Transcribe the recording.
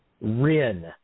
rin